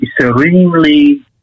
serenely